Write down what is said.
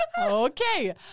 Okay